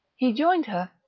he joined her,